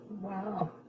Wow